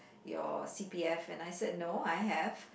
your C_P_F and I said no I have